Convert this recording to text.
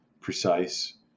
precise